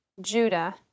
Judah